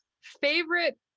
favorite